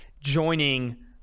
joining